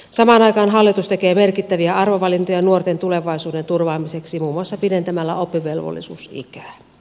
samaan aikaan hallitus tekee merkittäviä arvovalintoja nuorten tulevaisuuden turvaamiseksi muun muassa pidentämällä oppivelvollisuusikää